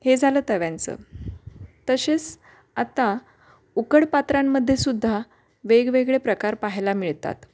हे झालं तव्यांचं तसेच आता उकड पात्रांमध्ये सुद्धा वेगवेगळे प्रकार पाहायला मिळतात